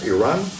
Iran